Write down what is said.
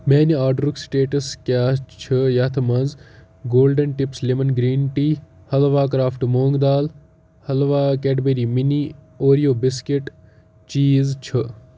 میانہِ آرڈرُک سٹیٹس کیٛاہ چھِ یتھ منٛز golden tips lemon green tea halwa craft moong dal halwa Cadbury mini Oreo biscuit چیٖز چھُ